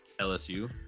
LSU